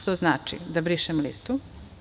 To znači da brišem listu.